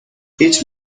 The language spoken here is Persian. هیچ